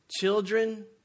children